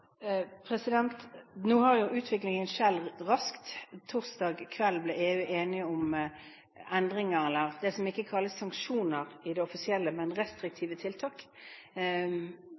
Nå har jo utviklingen skjedd raskt. Torsdag kveld ble EU enige om endringer – det som ikke kalles sanksjoner offisielt, men restriktive tiltak.